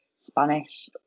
Spanish